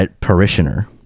parishioner